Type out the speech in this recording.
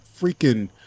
freaking